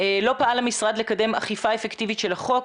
לא פעל המשרד לקדם אכיפה אפקטיבית של החוק.